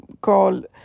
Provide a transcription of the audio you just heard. called